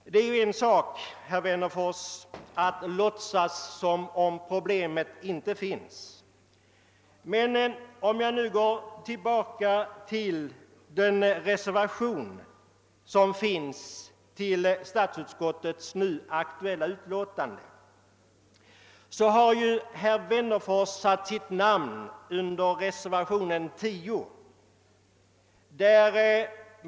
Visst kan man, herr Wennerfors, låtsas som om problemet inte finns. Låt mig emellertid gå tillbaka till reser vationen 10, vilken fogats vid statsutskottets nu aktuella utlåtande och vilken herr Wennerfors anslutit sig till.